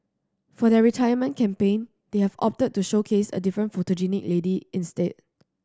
for their retirement campaign they have opted to showcase a different photogenic lady instead